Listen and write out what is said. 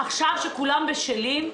עכשיו כשכולם בשלים,